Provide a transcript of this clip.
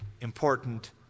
important